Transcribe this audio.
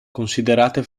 considerate